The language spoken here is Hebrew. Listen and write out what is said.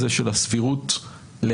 ואחרים בעילת הסבירות זה שהיא מייצרת,